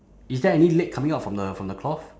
is there any leg coming out from the from the cloth